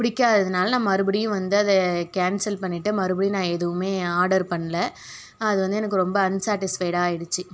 பிடிக்காததினால நான் மறுபடியும் வந்து அதை கேன்சல் பண்ணிட்டு மறுபடியும் நான் எதுவுமே ஆடர் பண்ணல அது வந்து எனக்கு ரொம்ப அன்சேட்டிஸ்ஃபைடாக ஆயிடுச்சு